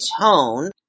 tone